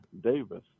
Davis